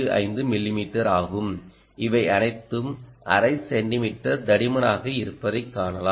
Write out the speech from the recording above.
45 மிமீ ஆகும் இவை அனைத்தும் அரை சென்டிமீட்டர் தடிமனாக இருப்பதைக் காணலாம்